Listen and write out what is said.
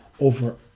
Over